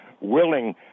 willing